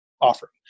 offer